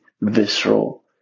visceral